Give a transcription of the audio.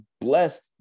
blessed